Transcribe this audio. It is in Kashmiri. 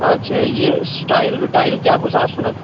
اچھا یہِ سِٹایِل وِٹایِل کیٛاہ گوٚژھ آسُن اَتھ